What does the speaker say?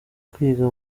kwiga